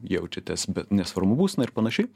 jaučiatės be nesvarumo būsenoj ir panašiai